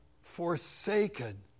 forsaken